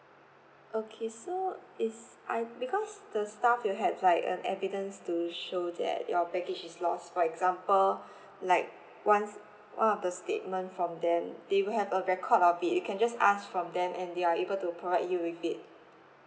okay so it's I because the staff will have like an evidence to show that your baggage is lost for example like one s~ one of the statement from them they will have a record of it you can just ask from them and they are able to provide you with it